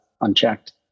unchecked